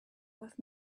with